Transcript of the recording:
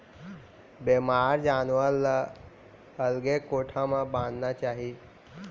बेमार जानवर ल अलगे कोठा म बांधना चाही